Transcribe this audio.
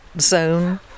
zone